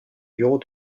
bureau